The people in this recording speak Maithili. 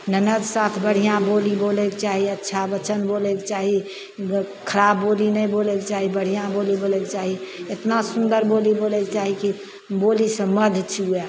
ननद साथ बढ़िआँ बोली बोलैके चाही अच्छा बचन बोलैके चाही खराब बोली नहि बोलैके चाही बढ़िआँ बोली बोलैके चाही एतना सुन्दर बोली बोलैके चाही की बोलीसे मधु चुऐ